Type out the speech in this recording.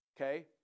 Okay